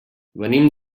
venim